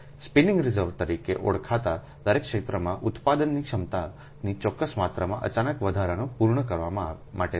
spinning reserve તરીકે ઓળખાતા દરેક ક્ષેત્રમાં ઉત્પાદનની ક્ષમતાની ચોક્કસ માત્રામાં અચાનક વધારાને પૂર્ણ કરવા માટે છે